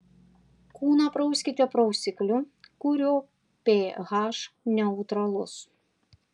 kūną prauskite prausikliu kurio ph neutralus